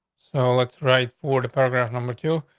so let's write for the paragraph. number two,